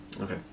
okay